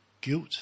guilt